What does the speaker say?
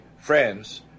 friends